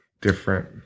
different